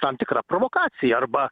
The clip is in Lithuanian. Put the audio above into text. tam tikra provokacija arba